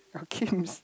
I keep miss